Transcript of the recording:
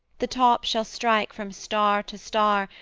the tops shall strike from star to star,